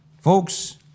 Folks